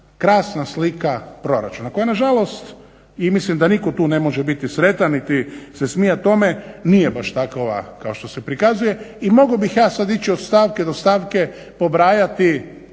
krasna slika proračuna koja nažalost i mislim da tu nitko ne može biti sretan niti se smijati tome, nije baš takova kao što se prikazuje. I mogao bih ja sada ići od stavke do stavke i pobrajati